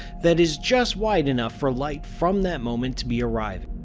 that is just wide enough for light from that moment to be arriving.